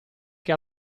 che